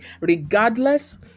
regardless